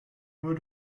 nur